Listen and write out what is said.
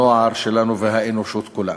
הנוער שלנו והאנושות כולה.